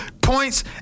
points